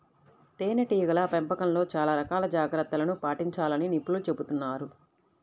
తేనెటీగల పెంపకంలో చాలా రకాల జాగ్రత్తలను పాటించాలని నిపుణులు చెబుతున్నారు